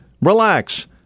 relax